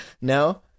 No